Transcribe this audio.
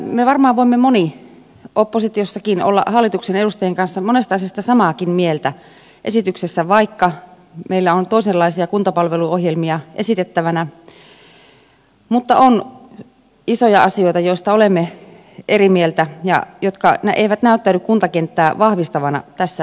me varmaan voimme moni oppositiossakin olla hallituksen edustajien kanssa monesta asiasta samaakin mieltä esityksessä vaikka meillä on toisenlaisia kuntapalveluohjelmia esitettävänä mutta on isoja asioita joista olemme eri mieltä ja jotka eivät näyttäydy kuntakenttää vahvistavina tässä uudistuksessa